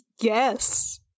yes